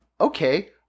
Okay